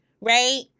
right